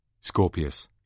Scorpius